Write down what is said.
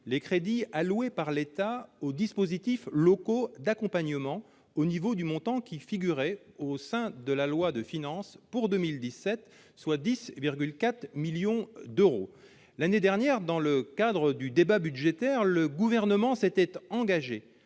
les crédits alloués par l'État aux dispositifs locaux d'accompagnement, les DLA, au niveau du montant qui figurait au sein de la loi de finances pour 2017, soit 10,4 millions d'euros. L'année dernière, dans le cadre du débat budgétaire, le Gouvernement s'était engagé